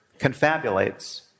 confabulates